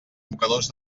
mocadors